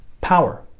power